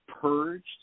purged